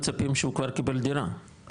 מצפים כבר שהוא קיבל דירה,